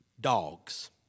dogs